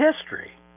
history